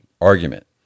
argument